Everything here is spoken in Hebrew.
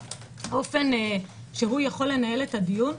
באופן שבו הוא יכול לנהל את הדיון,